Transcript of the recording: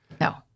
No